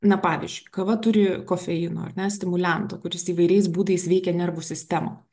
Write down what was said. na pavyzdžiui kava turi kofeino ar ne stimulianto kuris įvairiais būdais veikia nervų sistemą